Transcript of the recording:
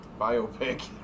biopic